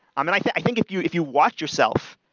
um and i think i think if you if you watch yourself,